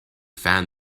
fan